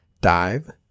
Dive